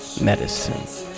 Medicine